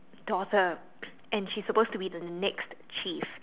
daughter and she's supposed to be the next chief